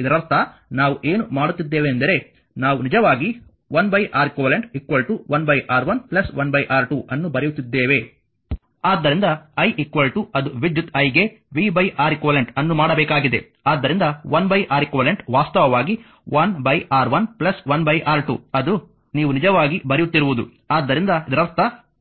ಇದರರ್ಥ ನಾವು ಏನು ಮಾಡುತ್ತಿದ್ದೇವೆಂದರೆ ನಾವು ನಿಜವಾಗಿ 1 R eq 1 R1 1 R2 ಅನ್ನು ಬರೆಯುತ್ತಿದ್ದೇವೆ ಆದ್ದರಿಂದ i ಅದು ವಿದ್ಯುತ್ i ಗೆ v R eq ಅನ್ನು ಮಾಡಬೇಕಾಗಿದೆ ಆದ್ದರಿಂದ 1 R eq ವಾಸ್ತವವಾಗಿ 1 R1 1 R2 ಅದು ನೀವು ನಿಜವಾಗಿ ಬರೆಯುತ್ತಿರುವುದು ಆದ್ದರಿಂದ ಇದರರ್ಥ ಅದು ಸಮಾನ ಪ್ರತಿರೋಧವಾಗಿದೆ